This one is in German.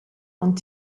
und